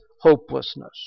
hopelessness